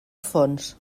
fons